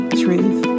truth